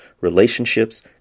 Relationships